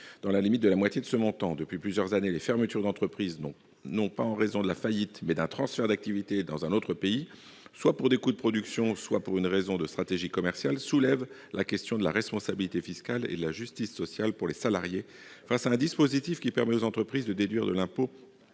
dans la limite de la moitié de ce montant. Depuis plusieurs années, les fermetures d'entreprises, non pas en raison de la faillite, mais d'un transfert d'activité dans un autre pays, soit pour des coûts de production, soit pour une raison de stratégie commerciale, soulèvent la question de la responsabilité fiscale et de la justice sociale pour les salariés, face à un dispositif qui permet aux entreprises de déduire de l'impôt